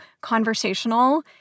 conversational